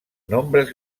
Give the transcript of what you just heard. nombres